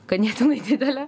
ganėtinai didelė